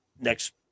next